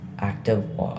active